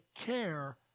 care